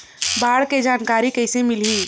बाढ़ के जानकारी कइसे मिलही?